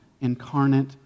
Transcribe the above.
incarnate